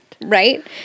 Right